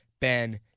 Ben